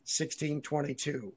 1622